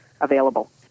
available